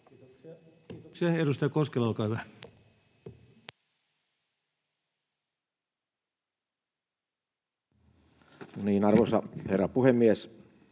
Kiitoksia. — Edustaja Myllykoski, olkaa hyvä. Arvoisa herra puhemies!